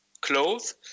clothes